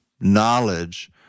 knowledge